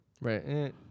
Right